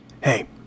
Hey